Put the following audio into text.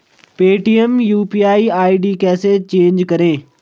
Paytm UPI ID कैसे change करें?